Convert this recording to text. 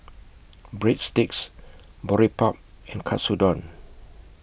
Breadsticks Boribap and Katsudon